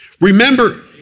Remember